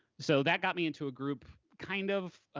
so that got me into a group, kind of,